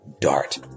dart